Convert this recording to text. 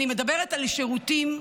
אני מדברת על שירותים,